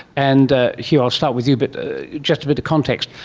and hugh, i'll start with you, but ah just but context,